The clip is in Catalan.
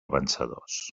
vencedors